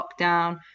lockdown